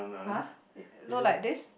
!huh! it look like this